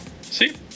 See